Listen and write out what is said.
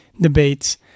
debates